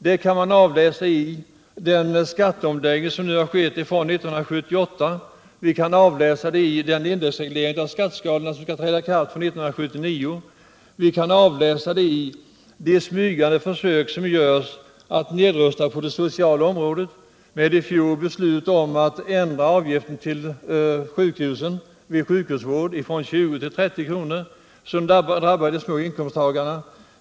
Det kan man avläsa i 1978 års skatteomläggning och i den indexreglering av skatteskalorna som skall träda i kraft 1979. Det kan också avläsas i de smygande försök som görs att nedrusta på det sociala området genom beslutet i fjol om att höja avgiften för sjukhusbesök från 20 till 30 kr., något som drabbar de små inkomsttagarna.